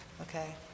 Okay